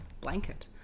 blanket